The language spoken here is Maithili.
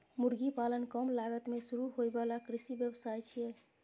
मुर्गी पालन कम लागत मे शुरू होइ बला कृषि व्यवसाय छियै